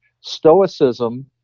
Stoicism